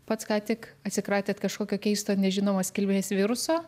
pats ką tik atsikratėt kažkokio keisto nežinomos kilmės viruso